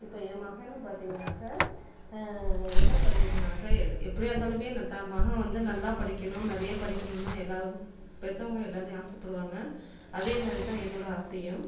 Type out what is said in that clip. இப்போ என் மகனை பார்த்திங்கன்னாக்கா என்ன படிக்கணும்னாக்க எப்படியா இருந்தாலுமே தான் மகன் வந்து நல்லா படிக்கணும் நிறைய படிக்கணும்னால் எல்லோரும் பெற்றவங்க எல்லோருமே ஆசைப்படுவாங்க அதே மாதிரி தான் என்னோடய ஆசையும்